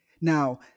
Now